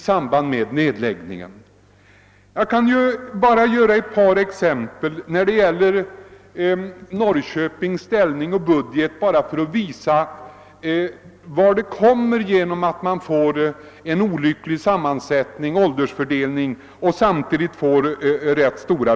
Bara för att visa hur det går för en kommun, som har en olycklig åldersfördelning och samtidigt får rätt stora sociala bördor att bära, vill jag ge ett par exempel ur Norrköpings budget.